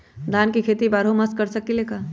धान के खेती बारहों मास कर सकीले का?